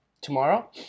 tomorrow